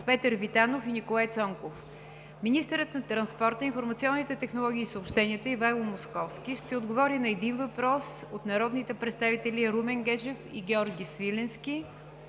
Петър Витанов и Николай Цонков. 2. Министърът на транспорта, информационните технологии и съобщенията Ивайло Московски ще отговори на един въпрос от народните представители Румен Гечев и Георги Свиленски.